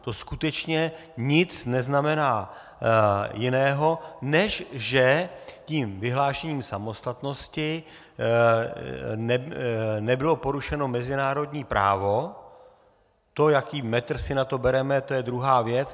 To skutečně nic neznamená jiného, než že tím vyhlášením samostatnosti nebylo porušeno mezinárodní právo to, jaký metr si na to bereme, je druhá věc.